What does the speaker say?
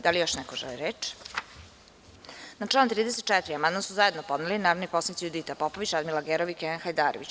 Da li još neko želi reč? (Ne) Na član 34. amandman su zajedno podneli narodni poslanici Judita Popović, Radmila Gerov i Kenan Hajdarević.